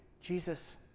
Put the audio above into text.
Jesus